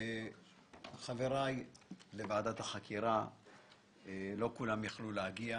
חבריי בוועדת החקירה - לא כולם יכלו להגיע,